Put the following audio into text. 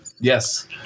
Yes